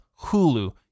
Hulu